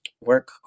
work